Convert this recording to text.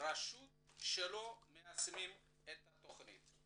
רשות שלא מיישמות את התכנית.